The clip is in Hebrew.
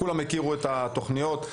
כולם הכירו את התוכניות.